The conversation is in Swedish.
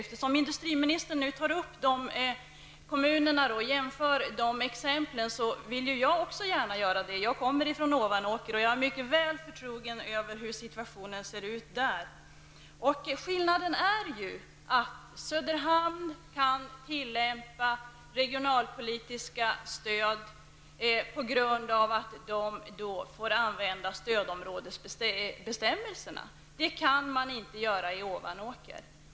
Eftersom industriministern nu tar upp dessa kommuner och jämför dem vill jag också gärna göra det. Jag kommer från Ovanåker, och jag är mycket väl förtrogen med hur situationen ser ut där. Skillnaden är ju att Söderhamn kan räkna med regionalpolitiskt stöd på grund av stödområdesbestämmelserna. Det kan man inte göra i Ovanåker.